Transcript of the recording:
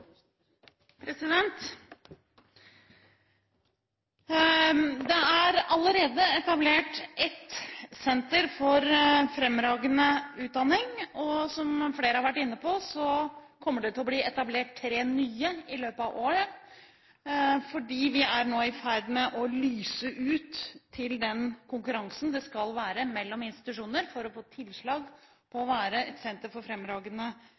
Det er allerede etablert et senter for fremragende utdanning, og som flere har vært inne på, kommer det til å bli etablert tre nye i løpet av året. Vi er nå i ferd med å lyse ut til den konkurransen som skal være mellom institusjoner for å få tilslag på å være et senter for fremragende